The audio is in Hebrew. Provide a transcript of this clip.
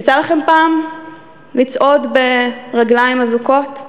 יצא לכם פעם לצעוד ברגליים אזוקות?